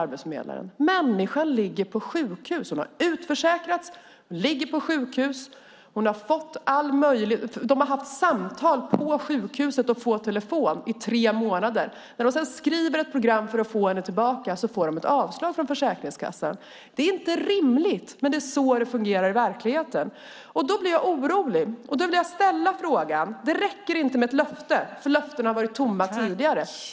Arbetsförmedlaren talar då om att kvinnan ligger på sjukhus. Hon har utförsäkrats. De har haft samtal på sjukhuset och via telefon under tre månader. När de sedan skriver ett program för att få henne tillbaka till sjukförsäkringen blir det ett avslag från Försäkringskassan. Det är inte rimligt, men det är så det fungerar i verkligheten. Då blir jag orolig. Då vill jag ställa en fråga. Det räcker inte med ett löfte eftersom löftena har varit tomma tidigare.